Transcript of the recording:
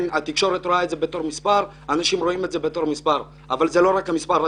אנשים מבחוץ והתקשורת רואים זאת בתור מספר אבל זה לא רק מספר,